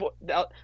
Now